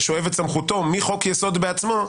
ששואב את סמכותו מחוק-יסוד בעצמו,